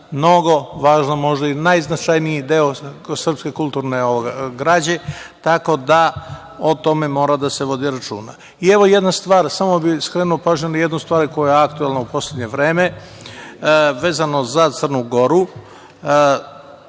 mnogo važne, možda i najznačajniji deo, srpske kulturne građe, tako da o tome mora da se vodi računa. Samo bih skrenuo pažnju na jednu stvar koja je aktuelna u poslednje vreme, vezano za Crnu Goru.